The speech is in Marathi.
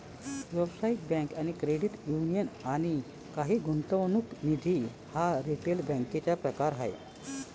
व्यावसायिक बँक, क्रेडिट युनियन आणि काही गुंतवणूक निधी हा रिटेल बँकेचा प्रकार आहे